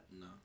No